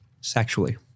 Sexually